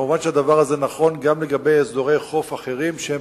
כמובן שהדבר הזה נכון גם לגבי אזורי חוף אחרים שהם